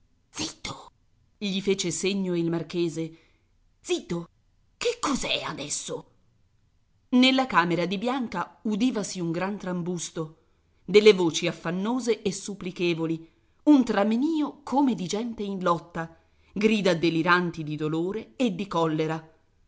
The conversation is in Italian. zitto gli fece segno il marchese zitto che cos'è adesso nella camera di bianca udivasi un gran trambusto delle voci affannose e supplichevoli un tramenìo come di gente in lotta grida deliranti di dolore e di collera